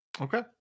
Okay